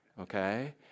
okay